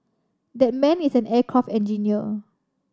that man is an aircraft engineer